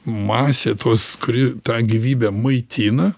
masė tos kuri tą gyvybę maitina